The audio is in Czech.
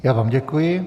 Já vám děkuji.